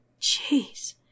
Jeez